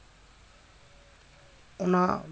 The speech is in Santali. ᱚᱱᱟ